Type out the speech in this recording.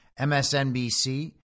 MSNBC